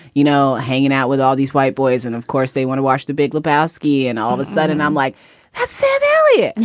you know, hanging out with all these white boys. and of course, they want to watch the big lebowski. and all of a sudden i'm like said elliott,